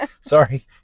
Sorry